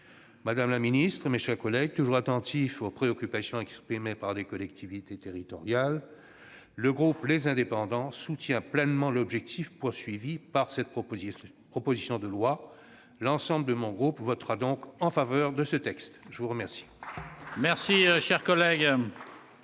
Madame la ministre, mes chers collègues, toujours attentif aux préoccupations exprimées par les collectivités territoriales, le groupe Les Indépendants soutient pleinement l'objectif visé au travers de cette proposition de loi. L'ensemble de mon groupe votera donc en faveur de ce texte. La discussion générale est close.